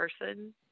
person